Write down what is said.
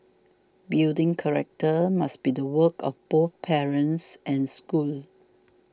building character must be the work of both parents and schools